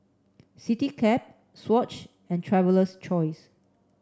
Citycab Swatch and Traveler's Choice